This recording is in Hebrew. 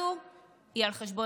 היא על חשבון הילדים שלנו.